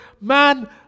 man